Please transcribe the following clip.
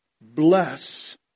bless